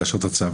להשהות את הצו.